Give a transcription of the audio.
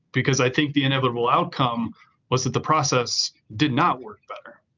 because i think the inevitable outcome was that the process did not work better.